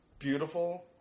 Beautiful